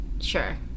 Sure